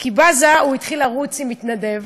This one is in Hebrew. כי בזה, הוא התחיל לרוץ עם מתנדב.